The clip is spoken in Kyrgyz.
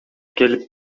келип